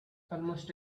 almost